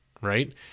right